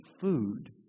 food